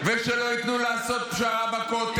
-- לא שמים שם גדולי תורה.